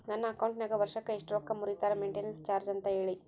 ನನ್ನ ಅಕೌಂಟಿನಾಗ ವರ್ಷಕ್ಕ ಎಷ್ಟು ರೊಕ್ಕ ಮುರಿತಾರ ಮೆಂಟೇನೆನ್ಸ್ ಚಾರ್ಜ್ ಅಂತ ಹೇಳಿ?